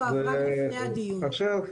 (הצגת מצגת) עכשיו,